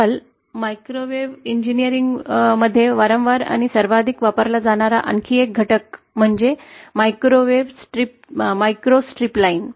आजकाल मायक्रोवेव्ह इंजिनीअरिंगमध्ये वारंवार आणि सर्वाधिक वापरला जाणारा आणखी एक घटक म्हणजे मायक्रोस्ट्रीप लाईन